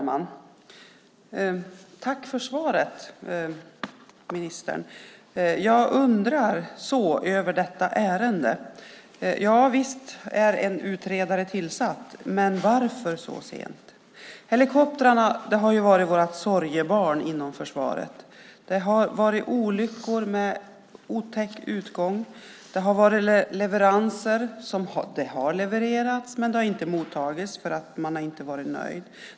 Fru talman! Jag tackar ministern för svaret. Jag undrar så över detta ärende. Visst är en utredare tillsatt. Men varför så sent? Helikoptrarna har varit våra sorgebarn inom försvaret. Det har varit olyckor med otäck utgång. Det har varit leveranser som inte har mottagits för man har inte varit nöjd.